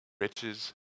riches